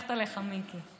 סומכת עליך, מיקי.